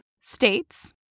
states